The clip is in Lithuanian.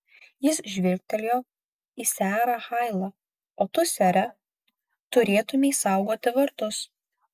jis žvilgtelėjo į serą hailą o tu sere turėtumei saugoti vartus